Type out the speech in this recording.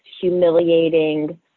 humiliating